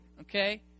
okay